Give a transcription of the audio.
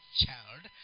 child